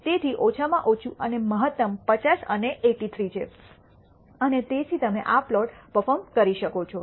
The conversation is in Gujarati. તેથી ઓછામાં ઓછું અને મહત્તમ 5૦ અને 83 છે અને તેથી તમે આ પ્લોટ પર્ફોર્મ કરી શકો છો